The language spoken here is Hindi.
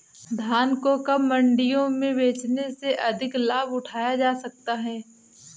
धान को कब मंडियों में बेचने से अधिक लाभ उठाया जा सकता है?